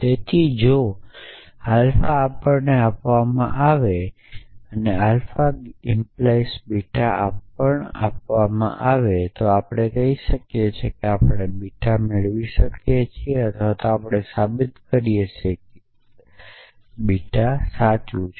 તેથી જો આલ્ફા આપણને આપવામાં આવે છે અને આલ્ફા 🡪 બીટા પણ આપવામાં આવે છે તો આપણે કહી શકીએ કે આપણે બીટા મેળવી શકીએ છીએ અથવા આપણે સાબિત કરી શકીએ કે બીટા સાચું છે